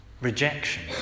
rejection